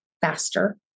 faster